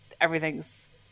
everything's